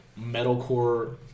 metalcore